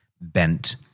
bent